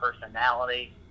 personality